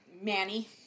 Manny